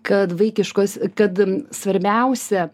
kad vaikiškos kad svarbiausia